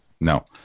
No